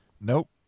Nope